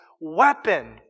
weapon